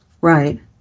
Right